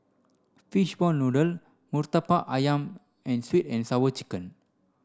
fishball noodle Murtabak Ayam and sweet and sour chicken